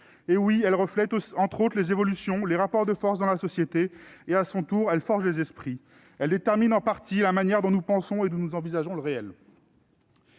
et sociale. Elle reflète notamment les évolutions et les rapports de force dans la société. À son tour, elle forge les esprits : elle détermine en partie la manière dont nous pensons et envisageons le réel.